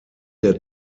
der